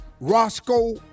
Roscoe